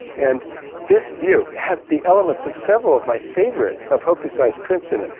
and this view had the elements of several of my favorite of hokusai's prints in it.